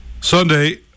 Sunday